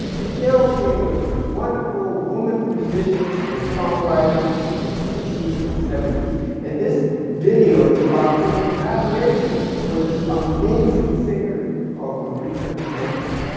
and carole king was this wonderful woman musician and song writer in the sixty s and seventy s. and this video is about her collaboration with this amazing singer called aretha franklin.